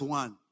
one